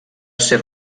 ser